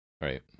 right